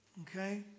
Okay